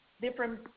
different